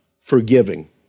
forgiving